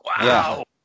Wow